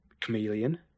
Chameleon